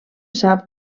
sap